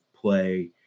play